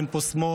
אין פה שמאל,